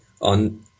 on